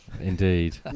Indeed